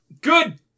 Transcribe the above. Good